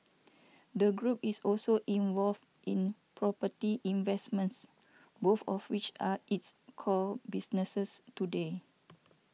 the group is also involved in property investments both of each are its core businesses today